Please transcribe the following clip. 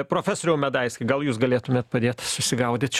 profesoriau medaiski gal jūs galėtumėt padėt susigaudyt čia